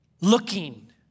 looking